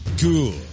cool